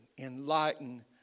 Enlighten